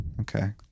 Okay